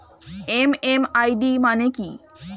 MMID মানে কি?